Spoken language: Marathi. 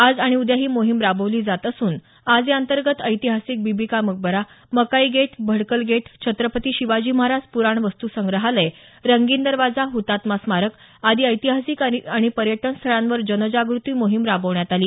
आज आणि उद्या ही मोहीम राबवली जात असून आज याअंतर्गत ऐतिहासिक बीबी का मकबरा मकाई गेट भडकल गेट छत्रपती शिवाजी महराज पुराण वस्तु संग्रहालय रंगीन दरवाजा हुतात्मा स्मारक आदी ऐतिहासिक आणि पर्यटन स्थळांवर जनजागृती मोहीम राबवण्यात आली